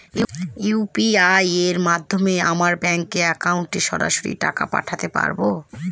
UPI এর মাধ্যমে আমরা ব্যাঙ্ক একাউন্টে সরাসরি টাকা পাঠাতে পারবো?